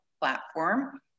platform